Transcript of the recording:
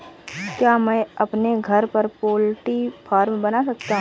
क्या मैं अपने घर पर पोल्ट्री फार्म बना सकता हूँ?